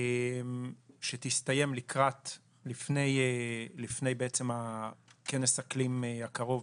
שתסתיים לפני כנס האקלים הקרוב